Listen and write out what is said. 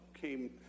came